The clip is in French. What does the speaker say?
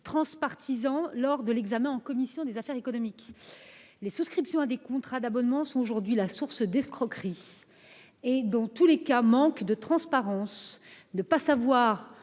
la proposition de loi en commission des affaires économiques. Les souscriptions à des contrats d'abonnement sont source d'escroqueries et, dans tous les cas, manquent de transparence. Ne pas savoir